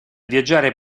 viaggiare